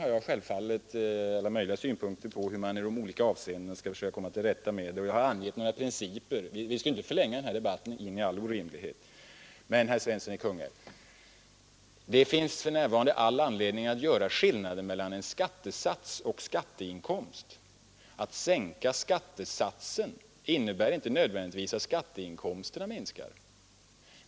Jag har självfallet alla möjliga synpunkter på hur man i de olika avseendena skall komma till rätta med det, och jag har angivit några principer. Men vi skall ju inte förlänga den här debatten i all orimlighet. Det finns, herr Svensson i Kungälv, all anledning att skilja mellan skattesats och skatteinkomst. Att sänka skattesatsen innebär inte nödvändigtvis att skatteinkomsterna minskar.